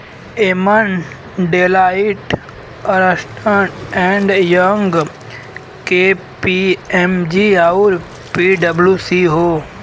एमन Deloitte, Ernst and Young, KPMG आउर पी.डब्ल्यू.सी हौ